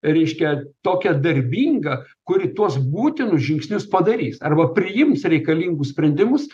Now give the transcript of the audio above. reiškia tokią darbingą kuri tuos būtinus žingsnius padarys arba priims reikalingus sprendimus